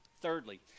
Thirdly